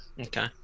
Okay